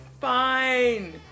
fine